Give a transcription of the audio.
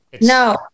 no